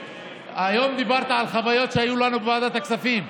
היום דיברת על חוויות שהיו לנו בוועדת הכספים,